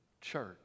church